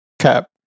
Cap